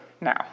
now